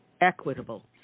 equitable